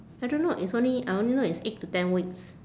I don't know it's only I only know it's eight to ten weeks